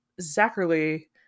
Zachary